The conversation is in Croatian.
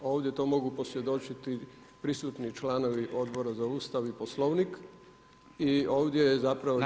Ovdje to mogu posvjedočiti prisutni članovi Odbora za Ustav i Poslovnik i ovdje je zapravo riječ…